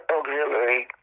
Auxiliary